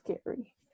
scary